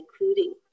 including